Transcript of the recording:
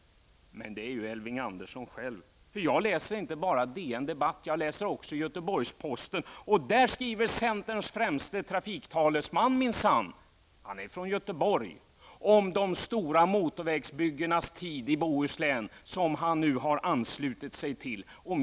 Men det är Elving Andersson själv. Jag läser inte bara DNs debattartiklar, jag läser också Göteborgs-Posten. Där skriver centerns främste trafiktalesman minnsann -- han är från Göteborg -- om de stora motorvägsbyggarnas tid i Bohuslän, och nu ansluter han sig till dem som vill att dessa motorvägar byggs.